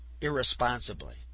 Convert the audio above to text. irresponsibly